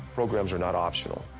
programs are not optional.